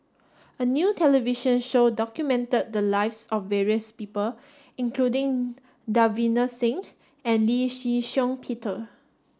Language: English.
a new television show documented the lives of various people including Davinder Singh and Lee Shih Shiong Peter